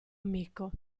amico